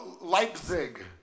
Leipzig